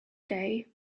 day